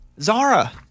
Zara